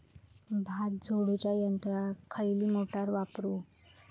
भात झोडूच्या यंत्राक खयली मोटार वापरू?